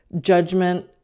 judgment